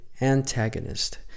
antagonist